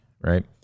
right